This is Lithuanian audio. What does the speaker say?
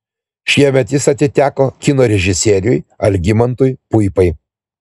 šiemet jis atiteko kino režisieriui algimantui puipai